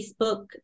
Facebook